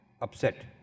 upset